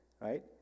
right